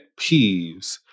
peeves